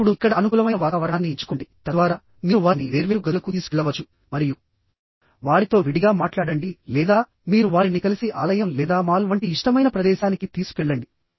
ఇప్పుడు ఇక్కడ అనుకూలమైన వాతావరణాన్ని ఎంచుకోండి తద్వారా మీరు వారిని వేర్వేరు గదులకు తీసుకెళ్లవచ్చు మరియు వారితో విడిగా మాట్లాడండి లేదా మీరు వారిని కలిసి ఆలయం లేదా మాల్ వంటి ఇష్టమైన ప్రదేశానికి తీసుకెళ్లండి